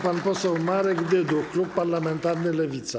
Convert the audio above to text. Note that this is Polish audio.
Pan poseł Marek Dyduch, klub parlamentarny Lewica.